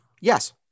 Yes